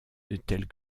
tels